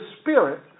spirit